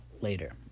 later